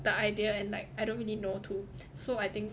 the idea and like I don't really know too so I think